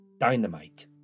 dynamite